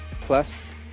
Plus